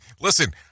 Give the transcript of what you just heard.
Listen